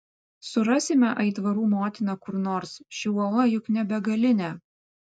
surasime aitvarų motiną kur nors ši uola juk ne begalinė